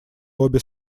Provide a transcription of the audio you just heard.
обе